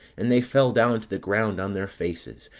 and they fell down to the ground on their faces,